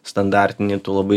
standartinį tu labai